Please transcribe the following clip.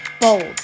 bold